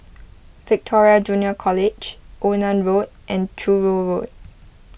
Victoria Junior College Onan Road and Truro Road